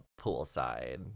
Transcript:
poolside